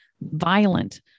violent